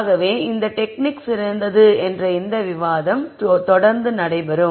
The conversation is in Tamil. ஆகவே இந்த டெக்னிக் சிறந்தது என்ற இந்த விவாதம் தொடர்ந்து நடைபெறும்